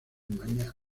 mañana